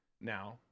now